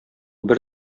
бер